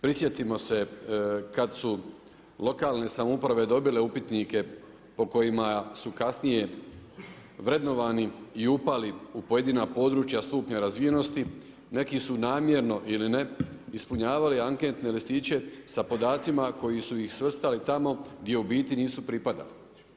Prisjetimo se kad su lokalne samouprave dobile upitnike po kojima su kasnije vrednovani i upali u pojedina područja stupnja razvijenosti neki su namjerno ili ne ispunjavali anketne listiće sa podacima koji su ih svrstali tamo gdje u biti nisu pripadali.